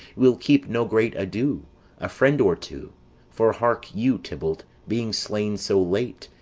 we'll keep no great ado a friend or two for hark you, tybalt being slain so late,